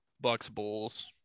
Bucks-Bulls